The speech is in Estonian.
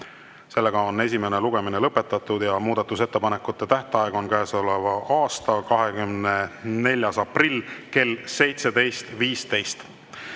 lõpetada. Esimene lugemine on lõpetatud ja muudatusettepanekute tähtaeg on käesoleva aasta 24. aprill kell 17.15.